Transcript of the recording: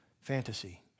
fantasy